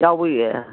ꯌꯥꯎꯔꯤꯌꯦ